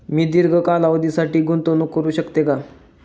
मी दीर्घ कालावधीसाठी गुंतवणूक करू शकते का?